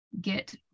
get